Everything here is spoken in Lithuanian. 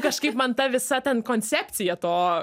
kažkaip man ta visa ten koncepcija to